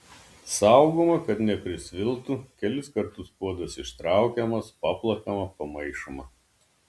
saugoma kad neprisviltų kelis kartus puodas ištraukiamas paplakama pamaišoma